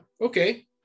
Okay